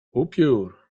upiór